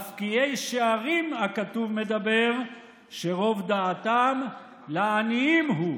"במפקיעי שערים הכתוב מדבר שרוב דעתם לעניים הוא".